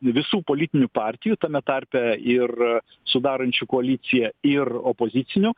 visų politinių partijų tame tarpe ir sudarančių koaliciją ir opozicinių